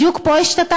בדיוק פה השתתקתם?